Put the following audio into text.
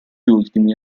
ultimi